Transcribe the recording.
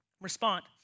respond